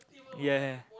ya